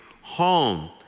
home